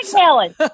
Helen